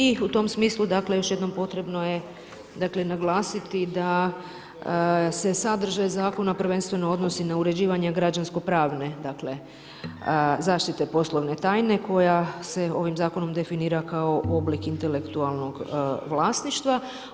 I u tom smislu dakle, još jednom potrebno je naglasiti da se sadržaj zakona prvenstveno odnosi na uređivanje građansko pravne zaštite poslovne tajne, koja se ovim zakonom definira kao oblik intelektualnog vlasništva.